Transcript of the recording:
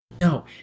No